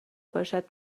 باشد